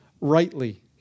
rightly